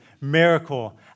miracle